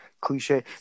cliche